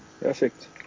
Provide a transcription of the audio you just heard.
Perfect